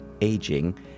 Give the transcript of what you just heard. Aging